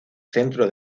centro